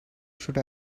should